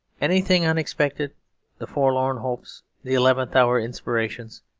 anything unexpected the forlorn hopes, the eleventh-hour inspirations,